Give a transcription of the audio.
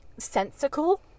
sensical